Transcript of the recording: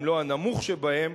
אם לא הנמוך שבהם,